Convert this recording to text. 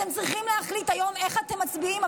אתם צריכים להחליט היום איך אתם מצביעים,